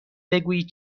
بگویید